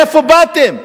מאיפה באתם?